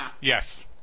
Yes